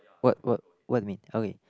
what what what you mean okay